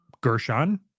Gershon